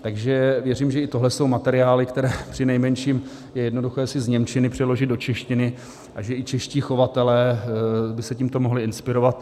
Takže věřím, že i tohle jsou materiály, které přinejmenším je jednoduché si z němčiny přeložit do češtiny, a že i čeští chovatelé by se tímto mohli inspirovat.